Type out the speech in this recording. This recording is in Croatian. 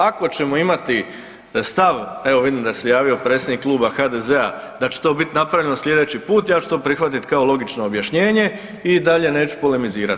Ako ćemo imati stav, evo vidim da se javio predsjednik Kluba HDZ-a, da će to biti napravljeno sljedeći put, ja ću to prihvatiti kao logično objašnjenje i dalje neću polemizirati.